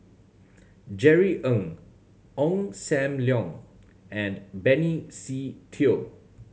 Jerry Ng Ong Sam Leong and Benny Se Teo